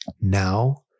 now